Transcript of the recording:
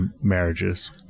marriages